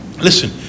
Listen